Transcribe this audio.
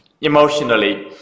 emotionally